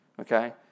okay